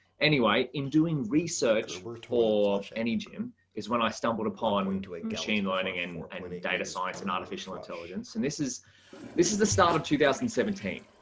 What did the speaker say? anyway, in doing research for any gym is when i stumbled upon machine learning and and data science and artificial intelligence. and this is this is the start of two thousand and seventeen.